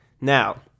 Now